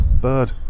bird